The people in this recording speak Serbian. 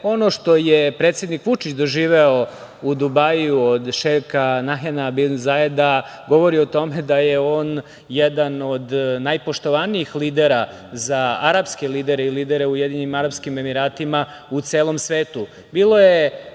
što je predsednik Vučić doživeo u Dubaiju od šeika Nahjana bin Zaeda govori o tome da je on jedan od najpoštovanijih lidera, za arapske lidere i lidere u Ujedinjenim Arapskim Emiratima u celom svetu. Bila